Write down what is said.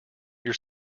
your